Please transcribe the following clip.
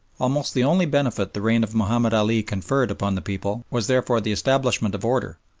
almost the only benefit the reign of mahomed ali conferred upon the people was therefore the establishment of order.